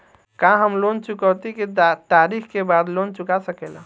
का हम लोन चुकौती के तारीख के बाद लोन चूका सकेला?